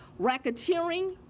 racketeering